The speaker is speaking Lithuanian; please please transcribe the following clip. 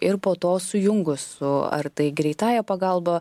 ir po to sujungus su ar tai greitąja pagalba